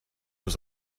was